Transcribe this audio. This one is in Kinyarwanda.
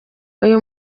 uyu